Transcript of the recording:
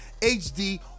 HD